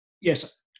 yes